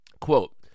Quote